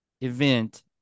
event